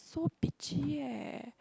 so bitchy leh